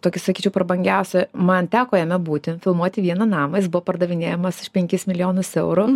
tokį sakyčiau prabangiausią man teko jame būti filmuoti vieną namą jis buvo pardavinėjamas už penkis milijonus eurų